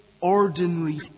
ordinary